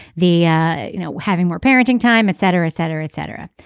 the yeah you know having more parenting time etc etc etc.